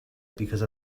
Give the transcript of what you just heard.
because